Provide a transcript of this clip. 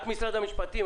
את משרד המשפטים,